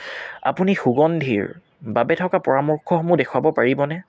আপুনি সুগন্ধিৰ বাবে থকা পৰামৰ্শসমূহ দেখুৱাব পাৰিবনে